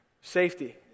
safety